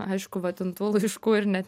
aišku va ten tų laiškų ir net